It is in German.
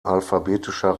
alphabetischer